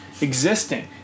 existing